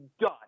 done